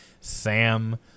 sam